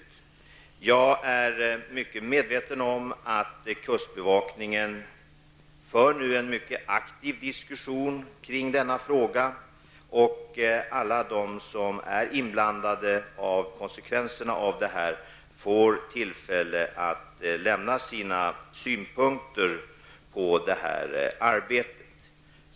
Jag är mycket väl medveten om att kustbevakningen nu för en mycket aktiv debatt i denna fråga liksom om angelägenheten av att alla berörda får tillfälle att lämna sina synpunkter på det här arbetet.